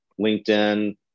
LinkedIn